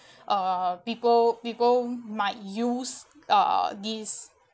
uh people people might use uh this